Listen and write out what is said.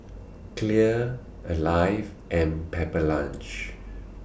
Clear Alive and Pepper Lunch